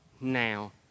Now